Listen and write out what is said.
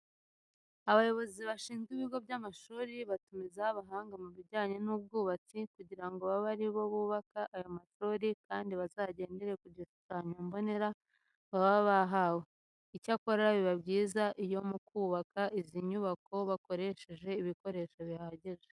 Abayobozi bashinzwe ibigo by'amashuri batumizaho abahanga mu bijyanye n'ubwubatsi kugira ngo babe ari bo bubaka ayo mashuri kandi bazagendere ku gishushanyo mbonera bazaba bahawe. Icyakora biba byiza iyo mu kubaka izi nyubako bakoresheje ibikoresho bihagije.